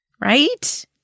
right